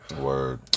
Word